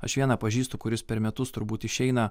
aš vieną pažįstu kuris per metus turbūt išeina